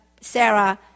Sarah